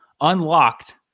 unlocked